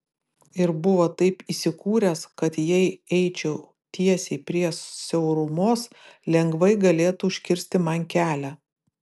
ir buvo taip įsikūręs kad jei eičiau tiesiai prie siaurumos lengvai galėtų užkirsti man kelią